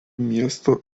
miesto